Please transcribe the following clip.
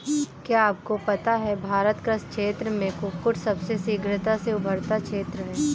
क्या आपको पता है भारत कृषि क्षेत्र में कुक्कुट सबसे शीघ्रता से उभरता क्षेत्र है?